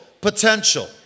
potential